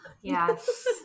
Yes